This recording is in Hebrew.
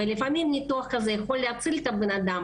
ולפעמים ניתוח כזה יכול להציל את האדם.